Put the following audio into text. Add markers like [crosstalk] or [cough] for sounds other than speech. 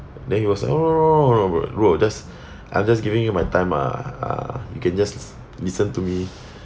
then he was oh no no no bro bro just [breath] I'm just giving you my time ah uh you can just listen to me